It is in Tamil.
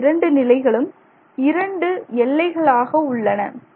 இந்த இரண்டு நிலைகளும் இரண்டு எல்லைகளாக உள்ளன